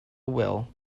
will